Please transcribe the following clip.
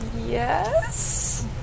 Yes